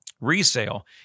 resale